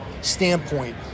standpoint